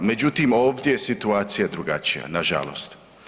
Međutim, ovdje je situacija drugačija nažalost.